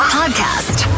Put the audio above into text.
podcast